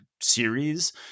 series